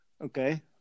okay